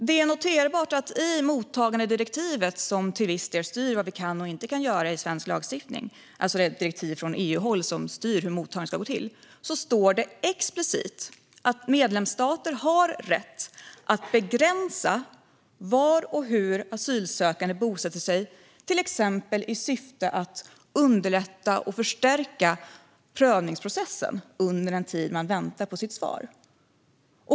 Det är noterbart att det i mottagandedirektivet från EU, som till viss del styr vad vi kan och inte kan göra i svensk lagstiftning, står explicit att medlemsstater har rätt att begränsa var och hur asylsökande bosätter sig, till exempel i syfte att underlätta och förstärka prövningsprocessen under den tid de väntar på sitt svar.